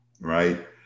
right